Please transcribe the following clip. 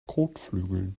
kotflügeln